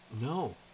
No